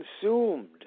consumed